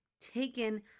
taken